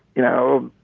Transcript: you know,